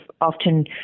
often